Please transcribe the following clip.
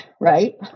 right